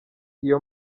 iyo